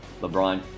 LeBron